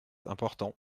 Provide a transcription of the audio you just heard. important